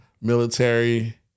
military